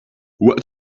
what